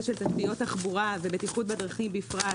של תשתיות תחבורה ובטיחות בדרכים הפרט,